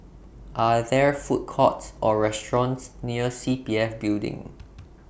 Are There Food Courts Or restaurants near C P F Building